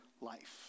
life